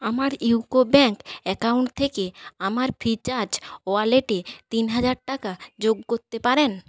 আমার UCO bank account থেকে আমার ফ্রিচার্জ ওয়ালেটে তিন হাজার টাকা যোগ করতে পারেন